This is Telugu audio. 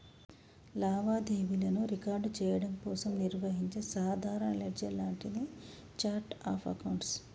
లావాదేవీలను రికార్డ్ చెయ్యడం కోసం నిర్వహించే సాధారణ లెడ్జర్ లాంటిదే ఛార్ట్ ఆఫ్ అకౌంట్స్